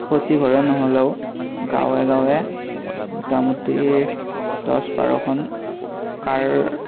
প্ৰতিঘৰে নহ'লেও গাঁৱে গাঁৱে মোটামুটি দহ বাৰখন কাৰ